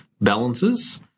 balances